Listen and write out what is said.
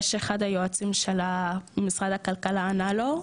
יש אחד היועצים של משרד הכלכלה ענה לו,